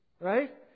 Right